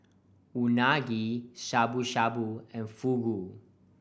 Unagi Shabu Shabu and Fugu